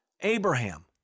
Abraham